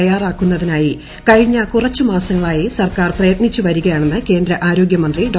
തയ്യാറാക്കുന്നതിനായി കഴിഞ്ഞ് ക്ടൂറ്ച്ചുമാസങ്ങളായി സർക്കാർ പ്രയത്നിച്ചു വരികയാണെന്ന് ക്കേന്ദ്ര ് ആരോഗൃമന്ത്രി ഡോ